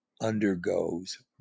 undergoes